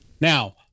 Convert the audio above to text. Now